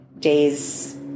days